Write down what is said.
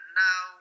now